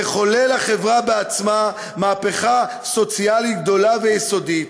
תחולל החברה בעצמה מהפכה סוציאלית גדולה ויסודית,